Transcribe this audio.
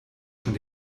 schon